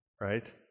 right